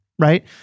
right